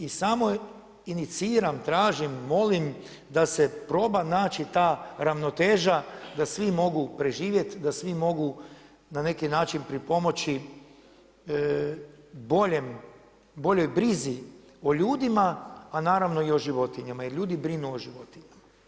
I samo iniciram, tražim, molim da se proba naći ta ravnoteža da svi mogu preživjeti, da svi mogu na neki način pripomoći boljoj brzi o ljudima a naravno i o životinjama jer ljudi brinu o životinjama.